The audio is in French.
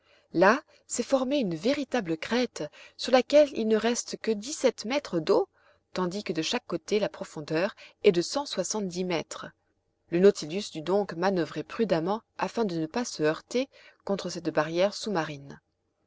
là s'est formée une véritable crête sur laquelle il ne reste que dix-sept mètres d'eau tandis que de chaque côté la profondeur est de cent soixante-dix mètres le nautilus dut donc manoeuvrer prudemment afin de ne pas se heurter contre cette barrière sous-marine